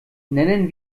nennen